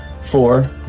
Four